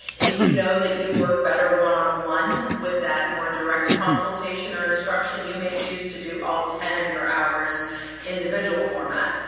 if you know that you work better one on one with that more direct consultation or instruction, you may choose to do all ten of your hours individual format.